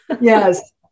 Yes